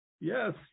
Yes